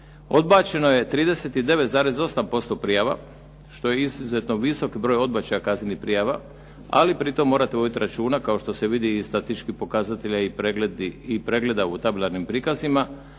odbačeno je 39,8% prijava što je izuzetno visok broj odbačaja kaznenih prijava. Ali pritom morate voditi računa kao što se vidi i iz statističkih pokazatelja i pregleda u tabelarnim prikazima